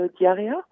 diarrhea